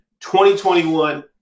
2021